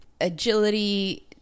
agility